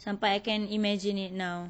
sampai I can imagine it now